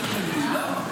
למה?